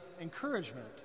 encouragement